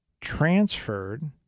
transferred